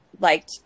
liked